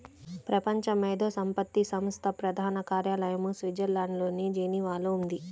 ప్రపంచ మేధో సంపత్తి సంస్థ ప్రధాన కార్యాలయం స్విట్జర్లాండ్లోని జెనీవాలో ఉంది